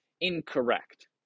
incorrect